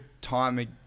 time